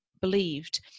believed